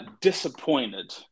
disappointed